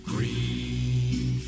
Green